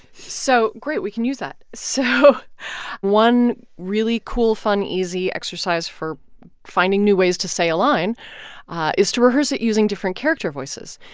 so great. we can use that. so one really cool, fun, easy exercise for finding new ways to say a line is to rehearse it using different character voices.